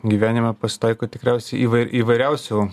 gyvenime pasitaiko tikriausiai įvai įvairiausių